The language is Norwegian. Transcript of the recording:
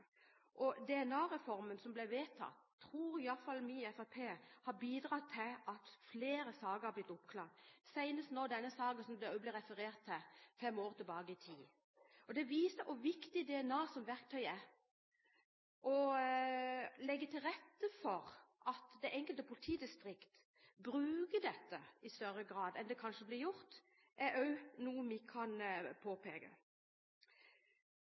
har bidratt til at flere saker er blitt oppklart – senest denne saken, som det også ble referert til, fem år tilbake i tid. Det viser hvor viktig DNA er som verktøy. Å legge til rette for at det enkelte politidistrikt bruker dette i større grad enn det kanskje blir gjort, er også noe vi kan påpeke.